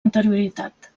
anterioritat